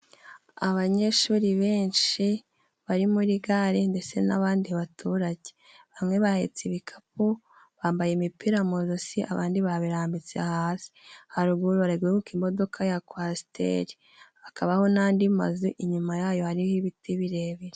Abanyeshuri benshi bari muri gare ndetse n'abandi baturage. Bamwe bahetse ibikapu, bambaye imipira mu josi, abandi babirambitse hasi. Haruguru hari guhagaruka imodoka ya kwasiteri, hakabaho n'andi mazu inyuma yayo hariho ibiti birebire.